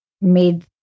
made